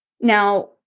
Now